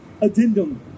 addendum